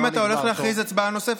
כי אם אתה הולך להכריז על הצבעה נוספת,